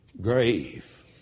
Grave